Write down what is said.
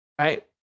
right